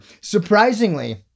surprisingly